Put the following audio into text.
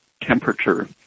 temperature